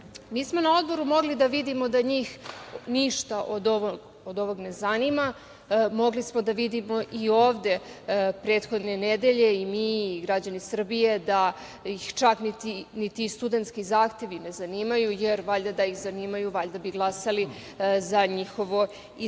odboru smo mogli da vidimo da njih ništa od ovoga ne zanima. Mogli smo da vidimo i ovde prethodne nedelje, mi i građani Srbije, da ih ni ti studentski zahtevi ne zanimaju, jer da ih zanimaju valjda bi glasali za njihovo ispunjenje.